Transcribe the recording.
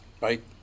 right